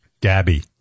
Gabby